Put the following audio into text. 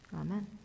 Amen